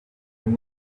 and